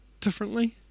differently